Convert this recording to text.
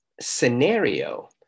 scenario